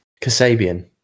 Kasabian